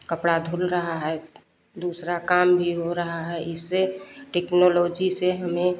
कपड़ा धुल रहा है दूसरा काम भी हो रहा है इससे टेक्नोलोजी से हमें